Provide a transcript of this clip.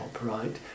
right